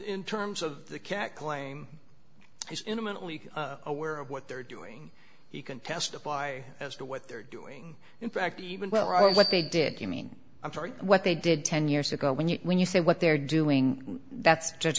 in terms of the cat claim he's intimately aware of what they're doing he can testify as to what they're doing in fact even well what they did you mean i'm sorry what they did ten years ago when you when you say what they're doing that's just